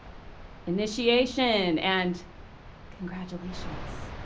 initiation, and congratulations.